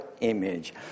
image